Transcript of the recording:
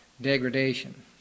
degradation